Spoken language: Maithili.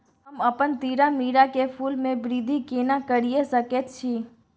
हम अपन तीरामीरा के फूल के वृद्धि केना करिये सकेत छी?